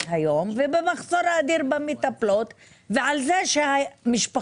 היום ובמחסור האדיר במטפלות ועל זה שמשפחות,